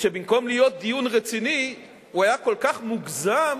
שבמקום להיות דיון רציני הוא היה כל כך מוגזם,